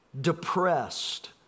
depressed